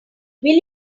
will